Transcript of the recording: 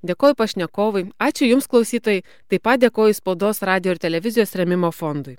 dėkoju pašnekovui ačiū jums klausytojai taip pat dėkoju spaudos radijo ir televizijos rėmimo fondui